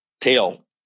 tail